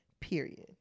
Period